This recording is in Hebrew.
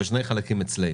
שני חלקים נדונים אצלנו.